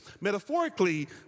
Metaphorically